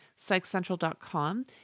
PsychCentral.com